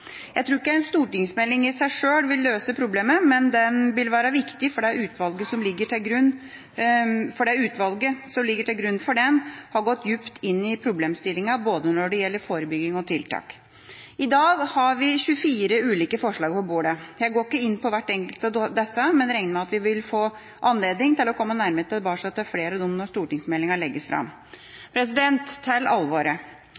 Jeg tror ikke en stortingsmelding i seg sjøl vil løse problemet, men den vil være viktig, fordi det utvalget som ligger til grunn for den, har gått dypt inn i problemstillinga når det gjelder både forebygging og tiltak. I dag har vi 25 ulike forslag på bordet. Jeg går ikke inn på hvert enkelt av disse, men regner med at vi vil få anledning til å komme nærmere tilbake til flere av dem når stortingsmeldinga legges